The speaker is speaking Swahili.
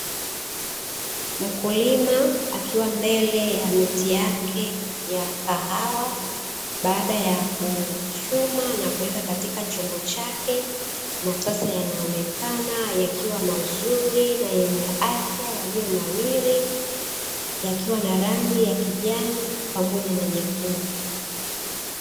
Mkulima akiwa mbele ya miti yake ya kahawa baada ya kuchuma na kuweka katika chake na sasa yanaonekana yakiwa mazuri na yenye afya yaliyonawiri yakiwa na rangi ya kijani pamoja na nyekundu .